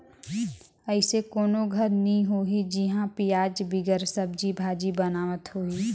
अइसे कोनो घर नी होही जिहां पियाज बिगर सब्जी भाजी बनावत होहीं